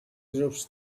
grups